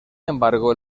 embargo